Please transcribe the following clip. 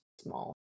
small